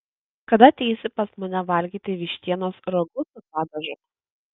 kada ateisi pas mane valgyti vištienos ragu su padažu